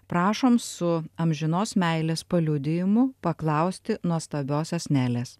prašom su amžinos meilės paliudijimu paklausti nuostabiosios nelės